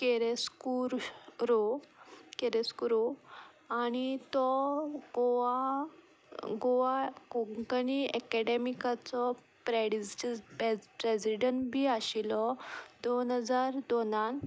कॅरेस्कूर रो कॅरेस्कुरो आनी तो गोवा गोवा कोंकणी एकाडेमिक्साचो प्रेडिसस प्रेजिडेंट बी आशिल्लो दोन हजार दोनान